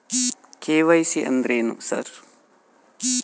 KYC ಅಂದ್ರೇನು sir?